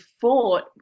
fought